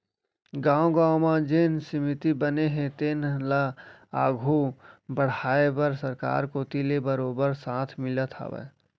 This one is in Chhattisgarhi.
गाँव गाँव म जेन समिति बने हे तेन ल आघू बड़हाय बर सरकार कोती ले बरोबर साथ मिलत हावय